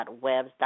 webs